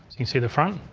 you can see the front,